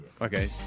Okay